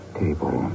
table